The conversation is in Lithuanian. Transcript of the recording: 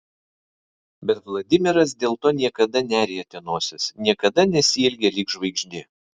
bet vladimiras dėl to niekada nerietė nosies niekada nesielgė lyg žvaigždė